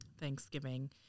thanksgiving